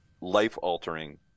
life-altering